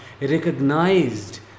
recognized